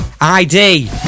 id